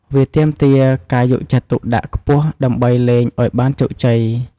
វាទាមទារការយកចិត្តទុកដាក់ខ្ពស់ដើម្បីលេងឲ្យបានជោគជ័យ។